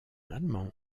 allemand